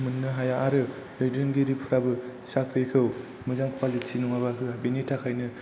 मोननो हाया आरो दैदेनगिरिफोराबो साख्रिखौ मोजां कुवालिटि नङाबा होआ बेनि थाखायनो